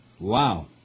Wow